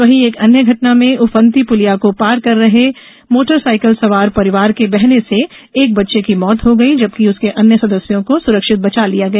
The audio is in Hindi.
वही एक अन्य घटना में उफनती पुलिया को पार कर रहे मोटरसाइकिल सवार परिवार के बहने से एक बच्चे की मौत हो गई जबकि उसके परिवार के अन्य सदस्यों को सुरक्षित बचा लिया गया